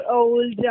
old